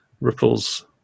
ripples